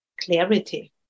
clarity